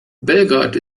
belgrad